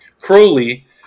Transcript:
crowley